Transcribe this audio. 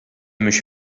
mhix